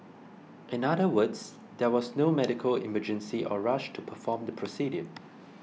in other words there was no medical emergency or rush to perform the procedure